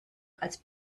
als